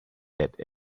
that